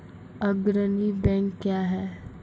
अग्रणी बैंक क्या हैं?